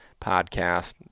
podcast